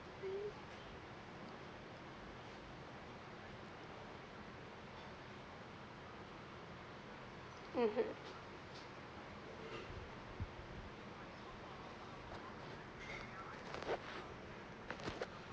mmhmm